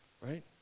right